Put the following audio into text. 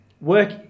work